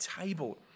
table